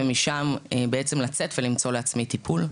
ומשם בעצם לצאת ולמצוא לעצמי טיפול.